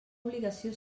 obligació